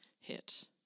hit